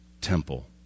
temple